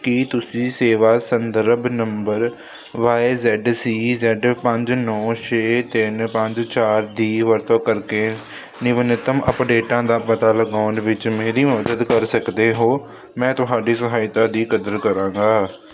ਕੀ ਤੁਸੀਂ ਸੇਵਾ ਸੰਦਰਭ number Y Z C Z ਪੰਜ ਨੌਂ ਛੇ ਤਿੰਨ ਪੰਜ ਚਾਰ ਦੀ ਵਰਤੋਂ ਕਰਕੇ ਨਵੀਨਤਮ ਅਪਡੇਟਾਂ ਦਾ ਪਤਾ ਲਗਾਉਣ ਵਿੱਚ ਮੇਰੀ ਮਦਦ ਕਰ ਸਕਦੇ ਹੋ ਮੈਂ ਤੁਹਾਡੀ ਸਹਾਇਤਾ ਦੀ ਕਦਰ ਕਰਾਂਗਾ